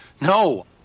no